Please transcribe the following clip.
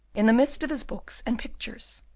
in the midst of his books and pictures.